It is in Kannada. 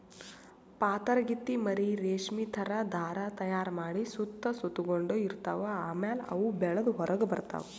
ಪಾತರಗಿತ್ತಿ ಮರಿ ರೇಶ್ಮಿ ಥರಾ ಧಾರಾ ತೈಯಾರ್ ಮಾಡಿ ಸುತ್ತ ಸುತಗೊಂಡ ಇರ್ತವ್ ಆಮ್ಯಾಲ ಅವು ಬೆಳದ್ ಹೊರಗ್ ಬರ್ತವ್